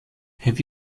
have